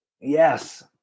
yes